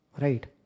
Right